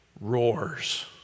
roars